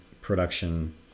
production